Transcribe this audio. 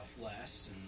less